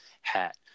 hat